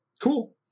Cool